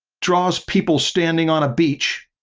draws people standing on a beach.